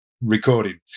recording